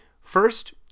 First